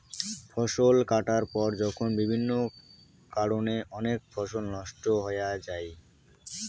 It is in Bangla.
ফসল কাটার পর যখন বিভিন্ন কারণে অনেক ফসল নষ্ট হয়া যাই